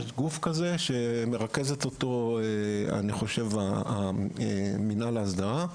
יש גוף כזה שאותו מרכז מינהל ההסדרה,